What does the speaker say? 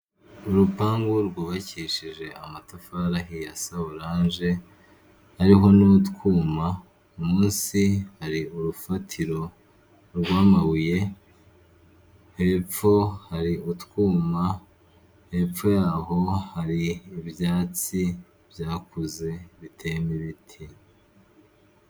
Urupangu rwubakishije amatafari ahiye sa oranje ariho n'utwuma, munsi hari urufatiro rw'amabuye hepfo hari utwuma, hepfo yaho hari ibyatsi byakuze biteyemo ibiti.